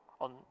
on